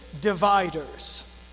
dividers